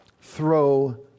throw